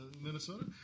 Minnesota